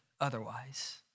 otherwise